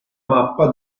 mappa